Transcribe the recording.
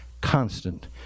constant